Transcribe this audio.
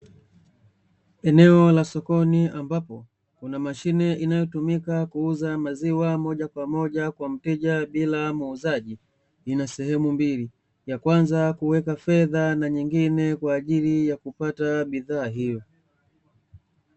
Eneo la sokoni ambapo kuna mashine inayotumika kuuza maziwa moja kwa moja kwa mteja bila muuzaji, ina sehemu mbili; ya kwanza kuweka fedha, na nyingine kwa ajili ya kupata bidhaa hiyo.